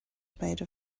made